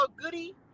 Goody